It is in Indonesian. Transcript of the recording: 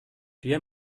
dia